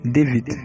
David